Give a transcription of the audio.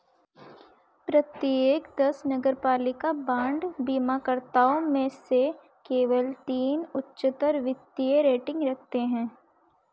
प्रत्येक दस नगरपालिका बांड बीमाकर्ताओं में से केवल तीन उच्चतर वित्तीय रेटिंग रखते हैं